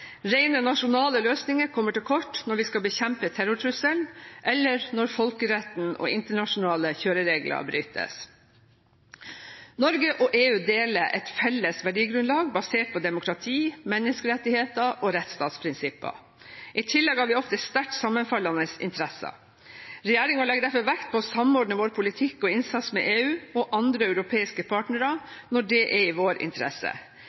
nasjonale løsninger kommer til kort når vi skal bekjempe terrortrusselen, eller når folkeretten og internasjonale kjøreregler brytes. Norge og EU deler et felles verdigrunnlag basert på demokrati, menneskerettigheter og rettsstatsprinsipper. I tillegg har vi ofte sterkt sammenfallende interesser. Regjeringen legger derfor vekt på å samordne vår politikk og innsats med EU, og andre europeiske partnere, når det er i vår interesse.